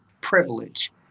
privilege